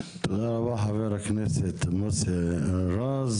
תודה רבה, חה"כ מוסי רז.